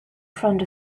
front